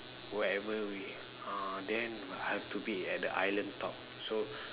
whatever we ah then have to be at the island top so